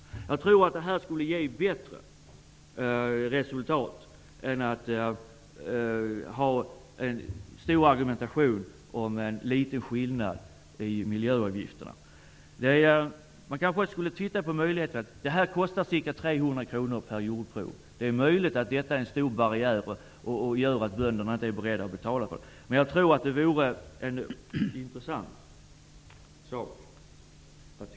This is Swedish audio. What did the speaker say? Jag tror att detta skulle ge bättre resultat än att ha en stor argumentation om en liten skillnad i miljöavgifterna. Varje jordprov kostar ca 300 kr. Det är möjligt att detta är en stor barriär och att bönderna inte är beredda att betala. Men jag tror att detta vore intressant.